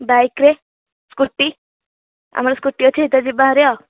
ବାଇକ୍ରେ ସ୍କୁଟି ଆମର ସ୍କୁଟି ଅଛି ସେଥିରେ ଯିବା ହାରି ଆଉ